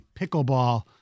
pickleball